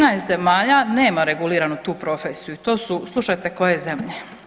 13 zemalja nema reguliranu tu profesiju, to su slušajte koje zemlje.